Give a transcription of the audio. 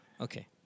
Okay